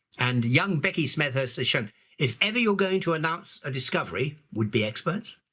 and young becky smethurst has shown if ever you're going to announce a discovery, would be experts,